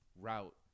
route